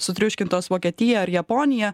sutriuškintos vokietija ar japonija